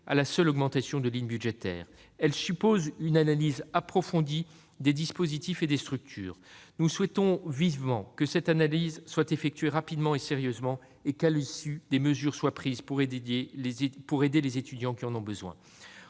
à la seule augmentation de lignes budgétaires. Elle suppose une analyse approfondie des dispositifs et des structures. Nous souhaitons vivement que cette analyse soit effectuée rapidement et sérieusement et que, à l'issue, des mesures soient prises pour aider les étudiants qui en ont besoin.